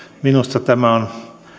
minusta tämä on